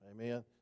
amen